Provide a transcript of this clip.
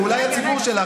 ואולי הציבור שלך,